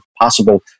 possible